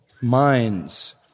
minds